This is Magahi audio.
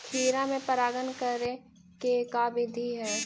खिरा मे परागण करे के का बिधि है?